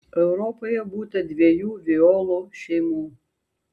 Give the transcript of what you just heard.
europoje būta dviejų violų šeimų